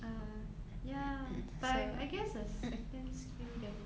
uh ya but I guess the second skill that